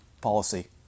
Policy